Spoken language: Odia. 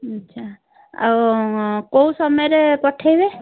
ଆଚ୍ଛା ଆଉ କେଉଁ ସମୟରେ ପଠାଇବେ